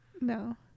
no